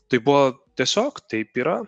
tai buvo tiesiog taip yra